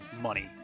money